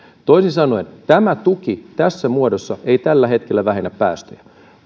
toisin sanoen tämä tuki tässä muodossa ei tällä hetkellä vähennä päästöjä